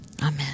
Amen